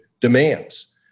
demands